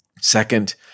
Second